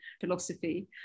philosophy